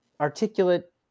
articulate